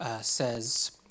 says